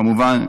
כמובן,